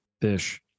fish